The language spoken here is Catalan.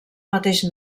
mateix